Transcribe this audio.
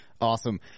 awesome